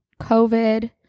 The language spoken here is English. COVID